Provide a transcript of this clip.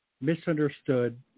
misunderstood